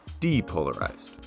depolarized